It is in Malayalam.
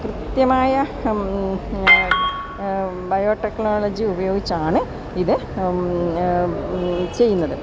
കൃത്യമായ ബയോ ടെക്നോളജി ഉപയോഗിച്ചാണ് ഇത് ചെയ്യുന്നത്